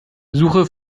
suche